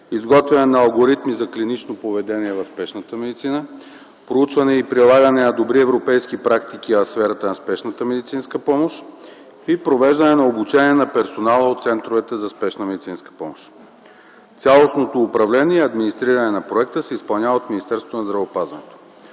изготвяне на алгоритми за клинично поведение в спешната медицина, проучване и прилагане на добри европейски практики в сферата на спешната медицинска помощ и провеждане на обучение на персонала от центровете за спешна медицинска помощ. Цялостното управление и администриране на проекта се изпълнява от Министерството на здравеопазването.